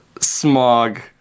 Smog